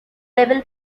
level